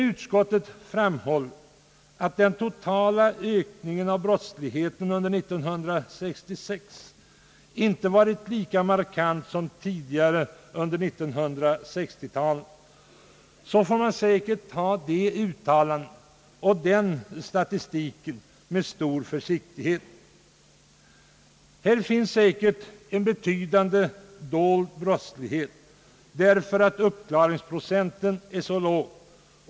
Utskottets uttalande att den totala ökningen av brottsligheten under 1966 inte varit lika markant som tidigare under 1960-talet får man säkerligen liksom den bakomliggande statistiken betrakta med stor försiktighet. Det finns helt säkert en betydande dold brottslighet, som inte blir känd därför att uppklaringsprocenten är så låg.